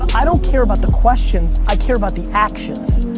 i don't care about the questions, i care about the actions.